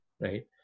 right